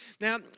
now